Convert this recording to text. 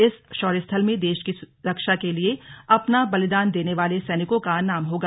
इस शौर्य स्थल में देश की रक्षा के लिए अपना बलिदान देने वाले सैनिकों का नाम होगा